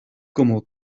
como